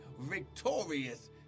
victorious